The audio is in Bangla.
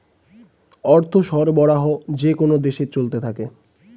অর্থ সরবরাহ যেকোন দেশে চলতে থাকে